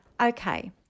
okay